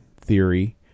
theory